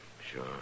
sure